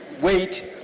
Wait